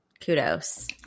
kudos